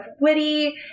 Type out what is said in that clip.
witty